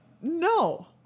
no